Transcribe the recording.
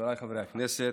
חבריי חברי הכנסת,